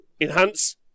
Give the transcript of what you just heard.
enhance